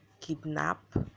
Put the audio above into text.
kidnap